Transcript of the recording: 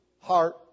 heart